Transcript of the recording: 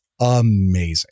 amazing